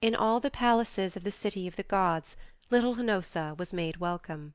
in all the palaces of the city of the gods little hnossa was made welcome